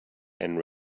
and